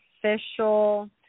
official